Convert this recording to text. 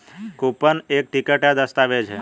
coupon एक ticket या दस्तावेज़ है